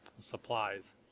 supplies